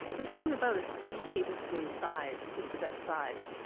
we found about a three tablespoon size is the best size.